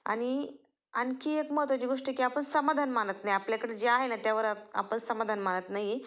आणि आणखी एक महत्त्वाची गोष्ट की आपण समाधान मानत नाही आपल्याकडे जे आहे ना त्यावर आपण समाधान मानत नाही